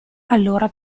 allora